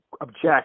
object